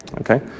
Okay